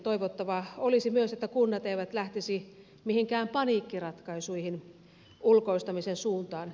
toivottavaa olisi myös että kunnat eivät lähtisi mihinkään paniikkiratkaisuihin ulkoistamisen suuntaan